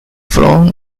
flown